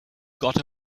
got